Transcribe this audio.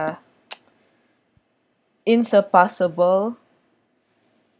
insurpassable